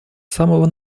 самого